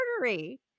artery